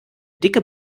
dicke